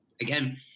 again